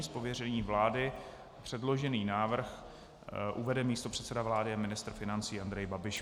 Z pověření vlády předložený návrh uvede místopředseda vlády a ministr financí Andrej Babiš.